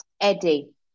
Eddie